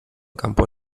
campo